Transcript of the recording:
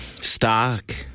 Stock